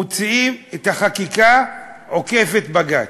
מוציאים חקיקה עוקפת-בג"ץ,